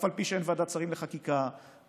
שאף על פי שאין ועדת שרים לחקיקה ואתם